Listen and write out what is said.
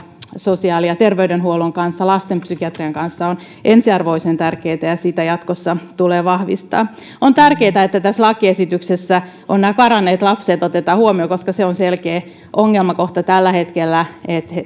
sosiaali ja terveydenhuollon kanssa lastenpsykiatrian kanssa on ensiarvoisen tärkeätä ja sitä jatkossa tulee vahvistaa on tärkeätä että tässä lakiesityksessä nämä karanneet lapset otetaan huomioon koska on selkeä ongelmakohta tällä hetkellä että